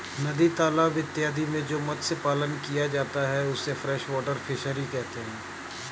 नदी तालाब इत्यादि में जो मत्स्य पालन किया जाता है उसे फ्रेश वाटर फिशरी कहते हैं